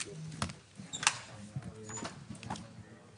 הצבעה אושר.